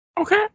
okay